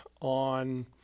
on